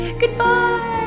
Goodbye